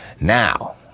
Now